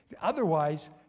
Otherwise